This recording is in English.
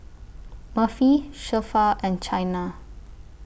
Murphy Zilpha and Chynna